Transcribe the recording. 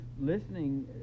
listening